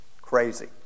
crazy